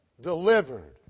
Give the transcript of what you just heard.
delivered